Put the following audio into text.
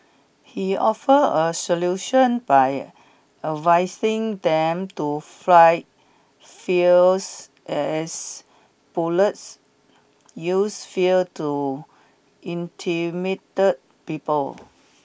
he offers a solution by advising them to fight fears as bullies use fear to intimidate people